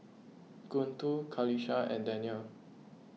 Guntur Qalisha and Daniel